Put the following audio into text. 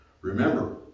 Remember